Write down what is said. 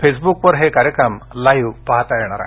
फेसब्कवर हे कार्यक्रम लाईव्ह पाहता येणार आहेत